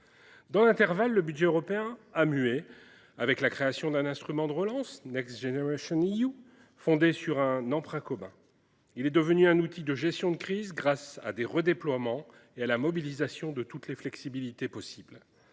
Dans l’intervalle, le budget européen a mué avec la création d’un instrument de relance,, fondé sur un emprunt commun. Il est devenu un outil de gestion de crise grâce à des redéploiements et à la mobilisation de toutes les flexibilités possibles.